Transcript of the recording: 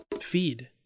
feed